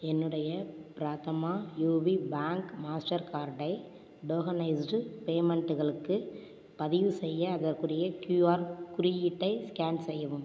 என்னுடைய Prathama UP bank master கார்டை tokenised பேமென்ட்களுக்கு பதிவுசெய்ய அதற்குரிய கியூஆர் குறியீட்டை ஸ்கேன் செய்யவும்